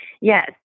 Yes